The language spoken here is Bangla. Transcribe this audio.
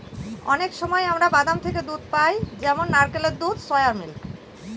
অনেক সময় আমরা বাদাম থেকে দুধ পাই যেমন নারকেলের দুধ, সোয়া মিল্ক